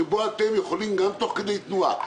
שבו אתם יכולים גם תוך כדי תנועה,